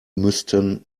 müssten